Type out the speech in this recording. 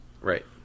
Right